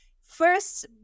first